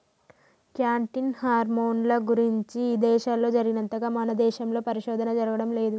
cattle హార్మోన్ల గురించి ఇదేశాల్లో జరిగినంతగా మన దేశంలో పరిశోధన జరగడం లేదు